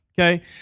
okay